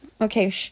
Okay